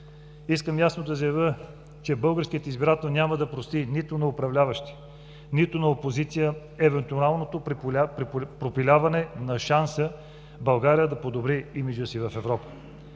Искам ясно да заявя, че българският избирател няма да прости нито на управляващи, нито на опозиция евентуалното пропиляване на шанса България да подобри имиджа си в Европа.